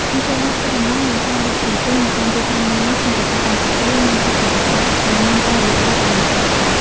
មធ្យោបាយធ្វើដំណើរនិងការដឹកជញ្ជូននៅតាមទីក្រុងនានាក្នុងប្រទេសកម្ពុជាមានភាពសម្បូរបែប និងមានការវិវត្តន៍យ៉ាងឆាប់រហ័ស។